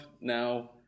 now